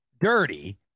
dirty